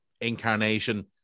incarnation